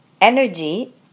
energy